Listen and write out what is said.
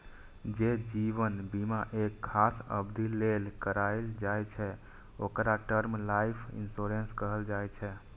जे जीवन बीमा एक खास अवधि लेल कराएल जाइ छै, ओकरा टर्म लाइफ इंश्योरेंस कहल जाइ छै